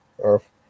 earth